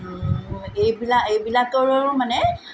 এইবিলা এইবিলাকৰো মানে